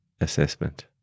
assessment